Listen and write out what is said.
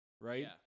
right